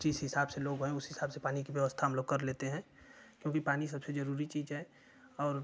जिस हिसाब से लोग हैं उस हिसाब से पानी की व्यवस्था हम लोग कर लेते हैं क्योंकि पानी सबसे जरूरी चीज़ है और